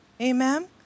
Amen